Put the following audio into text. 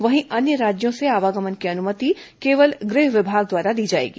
वहीं अन्य राज्यों से आवागमन की अनुमति केवल गृह विभाग द्वारा दी जाएगी